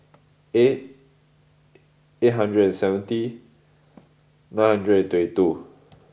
eight eight hundred and seventy nine hundred and twenty two